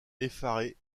effaré